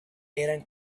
eran